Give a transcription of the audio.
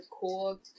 cool